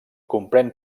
comprèn